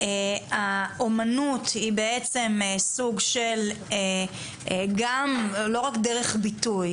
האומנות היא בעצם סוג של לא רק דרך ביטוי,